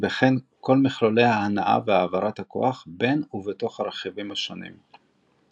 וכן כל מכלולי ההנעה והעברת הכוח בין ובתוך הרכיבים השונים.